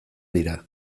dira